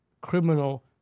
criminal